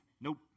nope